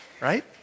right